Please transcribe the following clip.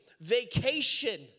Vacation